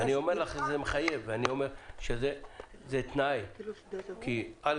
אני אומר לך שזה מחייב ואני אומר שזה תנאי כי א',